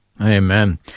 amen